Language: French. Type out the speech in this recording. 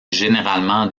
généralement